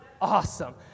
awesome